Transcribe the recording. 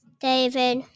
David